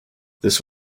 this